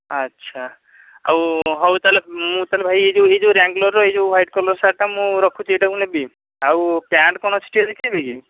ଆଚ୍ଛା ଆଉ ହଉ ତା'ହେଲେ ମୁଁ ତା'ହେଲେ ଭାଇ ଏ ଯେଉଁ ଏ ଯେଉଁ ରେଙ୍ଗଲୋର୍ର ଏ ଯେଉଁ ହ୍ଵାଇଟ୍ କଲର୍ ସାର୍ଟ୍ଟା ମୁଁ ରଖୁଛି ଏଇଟା ମୁଁ ନେବି ଆଉ ପ୍ୟାଣ୍ଟ୍ କ'ଣ ଅଛି ଟିକିଏ ଦେଖାଇବେ କି